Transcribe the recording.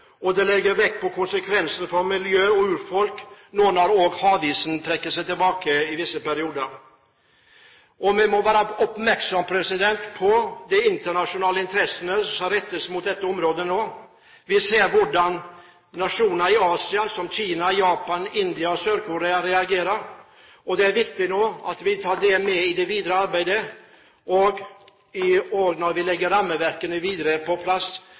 og det vektlegger konsekvensene for miljø og urfolk nå når havisen trekker seg tilbake i visse perioder. Vi må være oppmerksomme på de internasjonale interessene som rettes mot dette området nå. Vi ser hvordan nasjoner i Asia, som Kina, Japan, India og Sør-Korea, reagerer. Det er viktig at vi tar del i det videre arbeidet, også når vi legger rammeverkene på plass